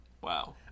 Wow